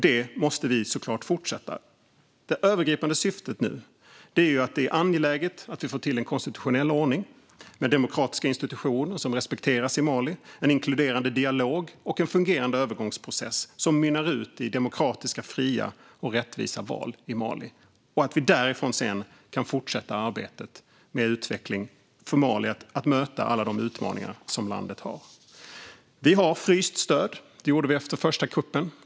Det måste vi såklart fortsätta med. Det övergripande syftet nu är att vi får till en konstitutionell ordning med demokratiska institutioner som respekteras i Mali, en inkluderande dialog och en fungerande övergångsprocess som mynnar ut i demokratiska fria och rättvisa val i Mali. Det är angeläget. Därifrån kan vi sedan fortsätta arbetet med en utveckling för Mali att möta alla de utmaningar som landet har. Vi har fryst stöd. Det gjorde vi efter den första kuppen.